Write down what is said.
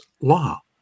law